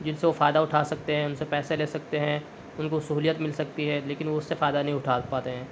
جن سے وہ فائدہ اٹھا سکتے ہیں ان سے پیسے لے سکتے ہیں ان کو سہولیت مل سکتی ہے لیکن وہ اس سے فائدہ نہیں اٹھا پاتے ہیں